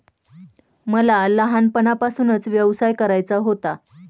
मला लहानपणापासूनच व्यवसाय करायचा होता